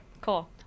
Cool